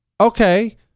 okay